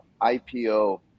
ipo